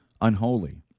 Unholy